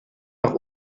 noch